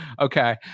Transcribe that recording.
Okay